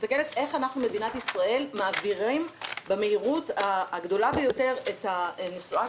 מסתכלת איך מדינת ישראל מעבירה במהירות הגדולה ביותר את הנסועה